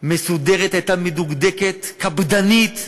הייתה מסודרת, מדוקדקת, קפדנית,